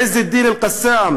עז א-דין אל-קסאם,